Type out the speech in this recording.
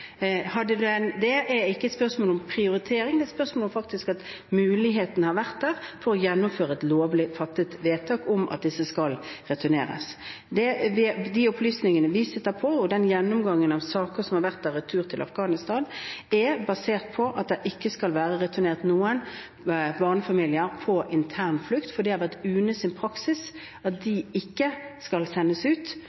Det er ikke et spørsmål om prioritering, det er et spørsmål om at muligheten faktisk har vært der for å gjennomføre et lovlig fattet vedtak om at disse skal returneres. De opplysningene vi sitter på, og den gjennomgangen av saker som har vært, om retur til Afghanistan, er basert på at det ikke skal være returnert noen barnefamilier på internflukt. Det har vært UNEs praksis at disse ikke skal sendes ut,